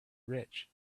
rich